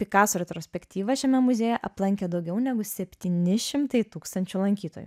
pikaso retrospektyvą šiame muziejuje aplankė daugiau negu septyni šimtai tūkstančių lankytojų